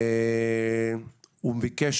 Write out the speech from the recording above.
הוא ביקש